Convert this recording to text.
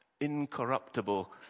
incorruptible